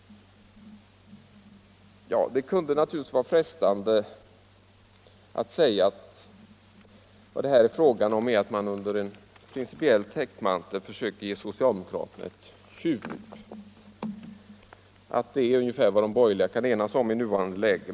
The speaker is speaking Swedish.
Det kunde vara frestande att säga att vad det här är fråga om är att under principiell täckmantel försöka ge socialdemokraterna ett tjuvnyp och att det är ungefär vad de borgerliga kan enas om i nuvarande läge.